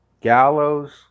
gallows